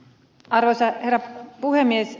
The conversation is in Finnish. arvoisa herra puhemies